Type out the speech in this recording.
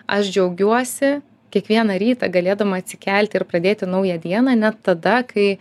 aš džiaugiuosi kiekvieną rytą galėdama atsikelti ir pradėti naują dieną net tada kai